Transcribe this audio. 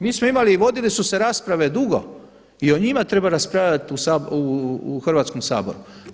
Mi smo imali i vodile su se rasprave dugo i o njima treba raspravljati u Hrvatskom saboru.